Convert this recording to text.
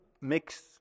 mix